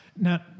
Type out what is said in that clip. Now